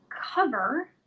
cover